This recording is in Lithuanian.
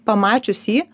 pamačius jį